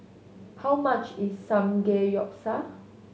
how much is Samgeyopsal